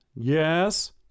Yes